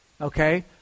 Okay